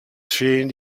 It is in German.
fehlen